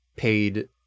Paid